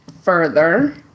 further